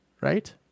right